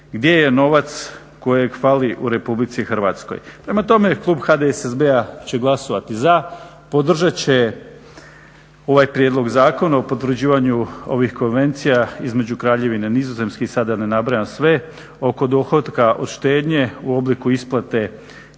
gdje je novac kojeg fali u RH. Prema tome, Klub HDSSB-a će glasovati za, podržat će ovaj prijedlog zakona o potvrđivanju ovih konvencija između Kraljevine Nizozemske i sad da ne nabrajam sve oko dohotka od štednje u obliku isplate kamata